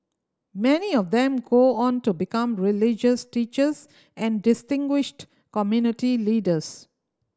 many of them go on to become religious teachers and distinguished community leaders